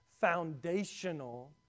foundational